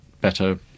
better